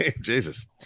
jesus